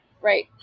Right